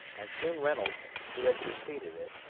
and soon reynolds, who had preceded it,